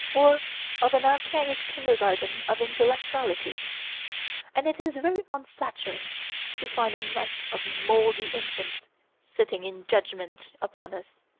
or of an archaic kindergarten of intellectuality, and it is very unflattering to find a mess of moldy infants sitting in judgment upon us.